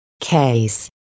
Case